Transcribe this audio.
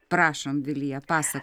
prašom vilija pasa